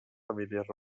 famílies